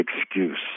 excuse